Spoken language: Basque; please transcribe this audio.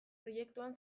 proiektuan